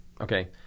Okay